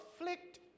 afflict